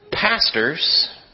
pastors